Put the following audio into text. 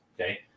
Okay